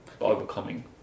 overcoming